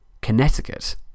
Connecticut